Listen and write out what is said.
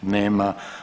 Nema.